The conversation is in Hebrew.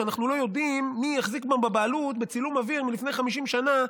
שאנחנו לא יודעים מי החזיק בבעלות בצילום אוויר מלפני 50 שנה.